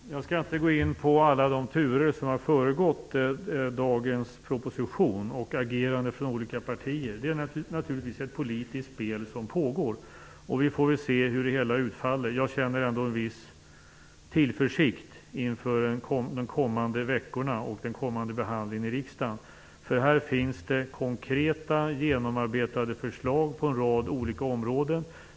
Fru talman! Jag skall inte gå in på alla de turer som har föregått dagens proposition och agerandet från olika partier. Det är naturligtvis ett politiskt spel som pågår. Vi får väl se hur det hela utfaller. Jag känner ändå en viss tillförsikt inför de kommande veckorna och den kommande behandlingen i riksdagen. Här finns det konkreta genomarbetade förslag på en rad olika områden.